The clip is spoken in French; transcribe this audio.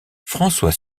françois